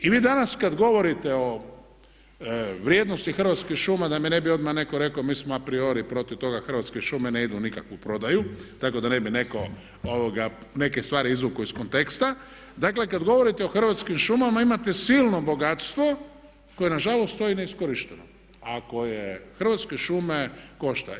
Vi danas kad govorite o vrijednosti Hrvatskih šuma, da mi ne bi odmah netko rekao mi smo a priori protiv toga Hrvatske šume ne idu u nikakvu prodaju tako da ne bi netko neke stvari izvukao iz konteksta, dakle kad govorite o Hrvatskim šumama imate silno bogatstvo koje nažalost stoji neiskorišteno a koje Hrvatske šume košta.